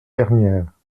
dernière